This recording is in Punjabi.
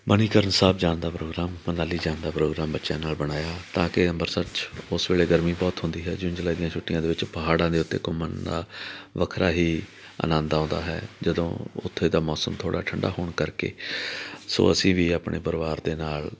ਮਨੀਕਰਣ ਸਾਹਿਬ ਜਾਣ ਦਾ ਪ੍ਰੋਗਰਾਮ ਮਨਾਲੀ ਜਾਣ ਦਾ ਪ੍ਰੋਗਰਾਮ ਬੱਚਿਆਂ ਨਾਲ ਬਣਾਇਆ ਤਾਂ ਕਿ ਅੰਮ੍ਰਿਤਸਰ 'ਚ ਉਸ ਵੇਲੇ ਗਰਮੀ ਬਹੁਤ ਹੁੰਦੀ ਹੈ ਜੂਨ ਜੁਲਾਈ ਦੀਆਂ ਛੁੱਟੀਆਂ ਦੇ ਵਿੱਚ ਪਹਾੜਾਂ ਦੇ ਉੱਤੇ ਘੁੰਮਣ ਦਾ ਵੱਖਰਾ ਹੀ ਆਨੰਦ ਆਉਂਦਾ ਹੈ ਜਦੋਂ ਉੱਥੇ ਦਾ ਮੌਸਮ ਥੋੜ੍ਹਾ ਠੰਡਾ ਹੋਣ ਕਰਕੇ ਸੋ ਅਸੀਂ ਵੀ ਆਪਣੇ ਪਰਿਵਾਰ ਦੇ ਨਾਲ